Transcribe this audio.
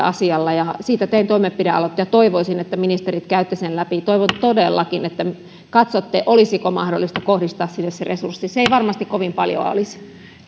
asialla siitä teen toimenpidealoitteen ja toivoisin että ministerit käytte sen läpi toivon todellakin että katsotte olisiko mahdollista kohdistaa sinne se resurssi se ei varmasti kovin paljoa olisi